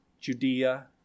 Judea